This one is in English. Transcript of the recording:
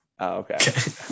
okay